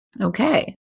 Okay